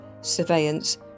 surveillance